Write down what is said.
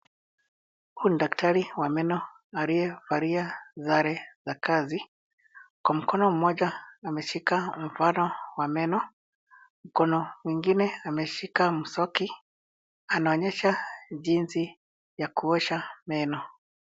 Kuna daktari wa meno aliyevaa sare za kazi. Kwa mkono mmoja ameshika mfano wa meno, mkono mwingine ameshika mswaki. Anaonyesha jinsi ya kuosha meno.